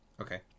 Okay